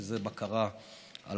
שזה בקרה על